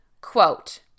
quote